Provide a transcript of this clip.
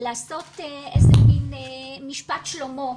לעשות איזה מין משפט שלמה,